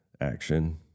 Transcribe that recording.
action